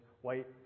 white